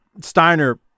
Steiner